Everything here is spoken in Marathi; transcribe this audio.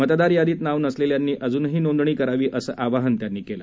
मतदार यादीत नाव नसलेल्यांनी अजूनही नोंदणी करावी असं आवाहनही त्यांनी केलं